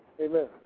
Amen